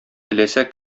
теләсә